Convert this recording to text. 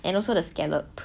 and also the scallop